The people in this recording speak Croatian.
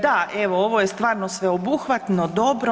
Da, evo ovo je stvarno sveobuhvatno, dobro.